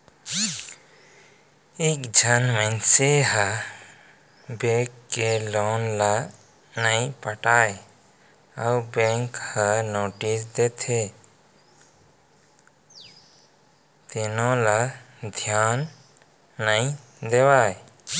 कइझन मनसे ह बेंक के लोन ल नइ पटावय अउ बेंक ह नोटिस देथे तेनो ल धियान नइ देवय